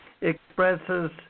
expresses